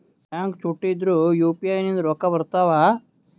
Bank ಚುಟ್ಟಿ ಇದ್ರೂ UPI ನಿಂದ ರೊಕ್ಕ ಬರ್ತಾವಾ?